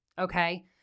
Okay